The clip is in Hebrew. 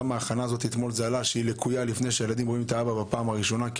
גם ההכנה של הילדים לפני שהם רואים את האבא בפעם הראשונה היא